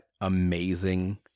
amazing